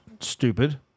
Stupid